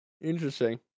Interesting